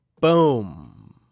Boom